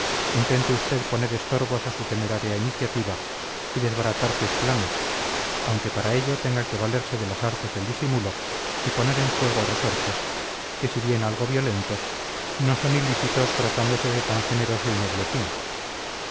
intente usted poner estorbos a su temeraria iniciativa y desbaratar sus planes aunque para ello tenga que valerse de las artes del disimulo y poner en juego resortes que si bien algo violentos no son ilícitos tratándose de tan generoso y noble fin